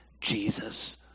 Jesus